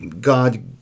God